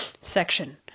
section